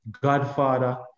godfather